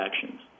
actions